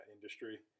industry